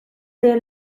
they